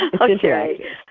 Okay